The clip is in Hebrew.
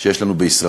שיש לנו בישראל,